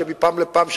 כי מפעם לפעם,